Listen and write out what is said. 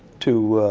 to